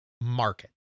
market